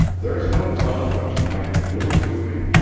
there's no tellin' what she might be doin' to me.